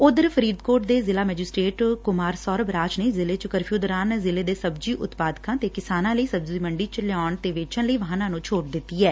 ਉਧਰ ਫਰੀਦਕੋਟ ਦੇ ਜਿਲ੍ਹਾ ਮੈਜਿਸਟ੍ੇਟ ਕੁਮਾਰ ਸੋਰਭ ਰਾਜ ਨੇ ਜਿਲ੍ਹੇ 'ਚ ਕਰਫਿਊ ਦੌਰਾਨ ਜਿਲ੍ਹੇ ਦੇ ਸਬਜੀ ਉਤਪਾਦਕਾਂ ਤੇ ਕਿਸਾਨਾਂ ਲਈ ਸਬਜੀ ਮੰਡੀ 'ਚ ਲਿਆਉਣ ਤੇ ਵੇਚਣ ਲਈ ਵਾਹਨਾਂ ਨੂੰ ਛੋਟ ਦਿੱਤੀ ਏ